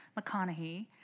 McConaughey